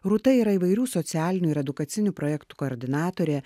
rūta yra įvairių socialinių ir edukacinių projektų koordinatorė